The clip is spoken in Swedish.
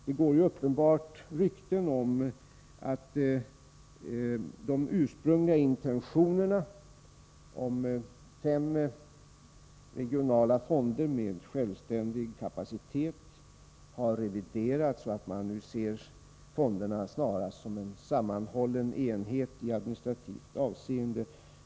Det går ju uppenbart rykten om att de ursprungliga intentionerna, syftande till fem regionala fonder med självständig kapacitet, har reviderats, så att man snarast ser fonderna som en sammanhållen enhet i administrativt avseende.